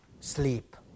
sleep